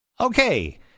Okay